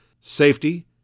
safety